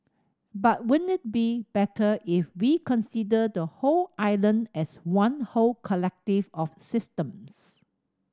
but won't it be better if we consider the whole island as one whole collective of systems